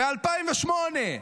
ב-2008: